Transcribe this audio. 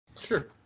Sure